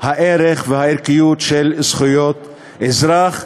הערך והערכיות של זכויות אזרח,